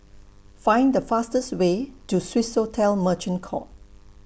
Find The fastest Way to Swissotel Merchant Court